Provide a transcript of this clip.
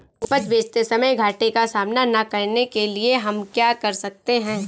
उपज बेचते समय घाटे का सामना न करने के लिए हम क्या कर सकते हैं?